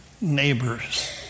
neighbors